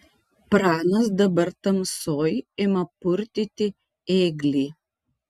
pranas dabar tamsoj ima purtyti ėglį